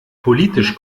politisch